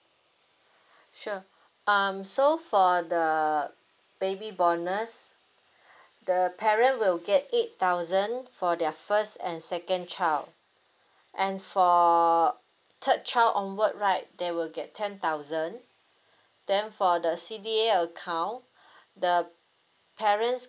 sure um so for the baby bonus the parent will get eight thousand for their first and second child and for third child onward right they will get ten thousand then for the C_D_A account the parents